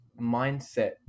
mindset